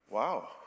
wow